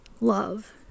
love